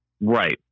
right